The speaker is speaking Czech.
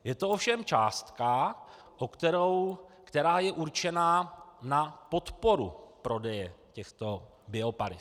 Je to ovšem částka, která je určena na podporu prodeje těchto biopaliv.